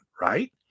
right